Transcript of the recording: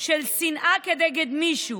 של שנאה כנגד מישהו.